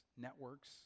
networks